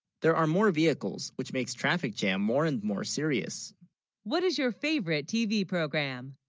there are more vehicles which makes traffic. jam more and more serious what is your favorite tv program?